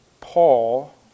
Paul